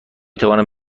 توانم